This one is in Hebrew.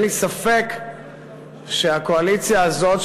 אין לי ספק שהקואליציה הזאת,